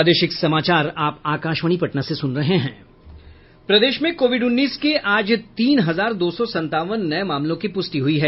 प्रदेश में कोविड उन्नीस के आज तीन हजार दो सौ संतावन नये मामलों की पुष्टि हुई है